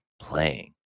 playing